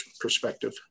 perspective